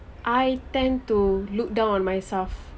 I tend to look down on myself